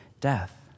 death